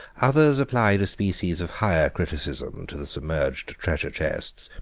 others applied a species of higher criticism to the submerged treasure chests,